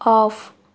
off